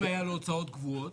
אם היו לו הוצאות קבועות